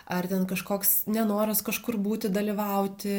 ar ten kažkoks nenoras kažkur būti dalyvauti